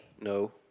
No